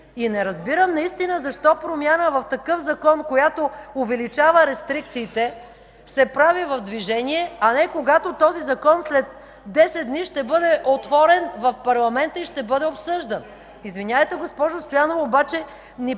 И не разбирам защо промяна в такъв закон, която увеличава рестрикциите, се прави в движение, а не когато този закон след десет дни ще бъде отворен в парламента и ще бъде обсъждан?! Извинявайте, госпожо Стоянова, обаче ни въвеждате